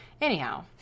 anyhow